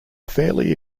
fairly